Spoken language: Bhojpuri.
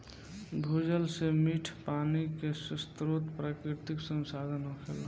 भूजल से मीठ पानी के स्रोत प्राकृतिक संसाधन होखेला